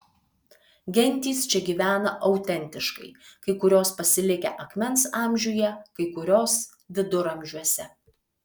gentys čia gyvena autentiškai kai kurios pasilikę akmens amžiuje kai kurios viduramžiuose